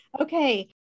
Okay